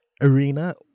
arena